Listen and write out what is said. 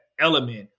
element